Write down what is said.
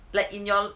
like in your